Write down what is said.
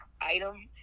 item